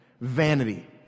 vanity